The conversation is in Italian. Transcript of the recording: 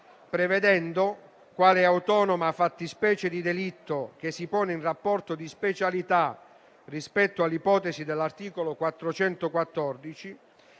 prevedendo, quale autonoma fattispecie di delitto che si pone in rapporto di specialità rispetto all'ipotesi dell'articolo 414,